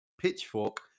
Pitchfork